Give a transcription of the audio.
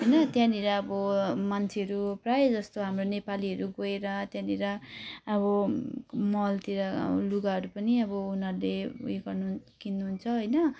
होइन त्यहाँनिर अब मान्छेहरू प्रायःजस्तो हाम्रो नेपालीहरू गएर त्यहाँनिर अब मलतिर लुगाहरू पनि अब उनीहरूले यो गर्नु किन्नुहुन्छ होइन